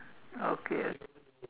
okay okay